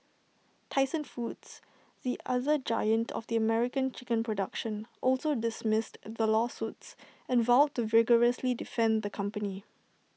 Tyson foods the other giant of the American chicken production also dismissed the lawsuits and vowed to vigorously defend the company